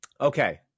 Okay